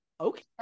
Okay